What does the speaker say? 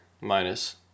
minus